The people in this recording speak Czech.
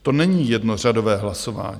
To není jednořadové hlasování.